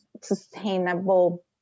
sustainable